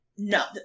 No